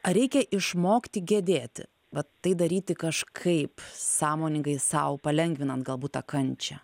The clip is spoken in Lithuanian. ar reikia išmokti gedėti vat tai daryti kažkaip sąmoningai sau palengvinant galbūt tą kančią